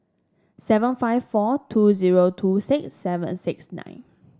seven five four two zero two six seven six nine